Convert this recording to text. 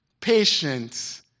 Patience